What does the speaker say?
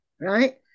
right